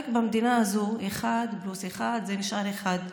רק במדינה הזאת אחת פלוס אחת נשאר אחת,